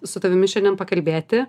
su tavimi šiandien pakalbėti